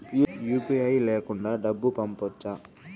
UPI లేకుండా డబ్బు పంపొచ్చా